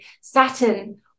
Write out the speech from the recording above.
Saturn